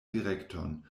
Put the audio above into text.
direkton